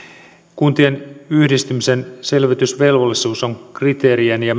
kuntien yhdistymisen selvitysvelvollisuus on kriteerien ja